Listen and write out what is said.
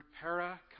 para